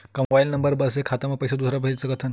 का mobile number बस से खाता से पईसा दूसरा मा भेज सकथन?